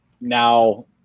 now